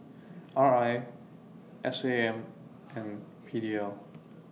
R I S A M and P D L